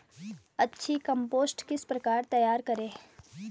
अच्छी कम्पोस्ट किस प्रकार तैयार करें?